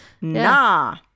Nah